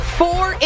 four